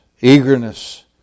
eagerness